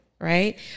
right